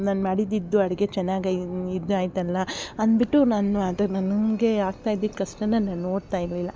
ನಾನು ಮಾಡಿದ್ದಿದ್ದು ಅಡಿಗೆ ಚೆನ್ನಾಗೆ ಇದು ಆಯಿತಲ್ಲ ಅನ್ಬಿಟ್ಟು ನಾನು ಅದು ನನಗೆ ಆಗ್ತಾಯಿದಿದ್ದ ಕಷ್ಟನ ನಾನು ನೋಡ್ತಾ ಇರಲಿಲ್ಲ